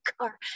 car